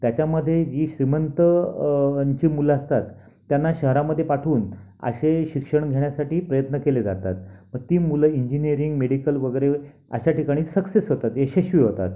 त्याच्यामध्ये जी श्रीमंत आंची मुलं असतात त्यांना शहरांमध्ये पाठवून असे शिक्षण घेण्यासाठी प्रयत्न केले जातात मग ती मुलं इंजिनीनियरिंग मेडिकल वगैरे अशा ठिकाणी सक्सेस होतात यशस्वी होतात